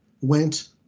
went